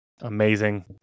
amazing